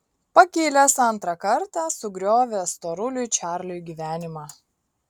pakilęs antrą kartą sugriovė storuliui čarliui gyvenimą